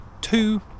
two